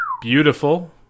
Beautiful